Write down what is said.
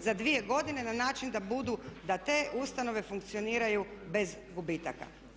za dvije godine na način da budu, da te ustanove funkcioniraju bez gubitaka.